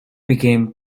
became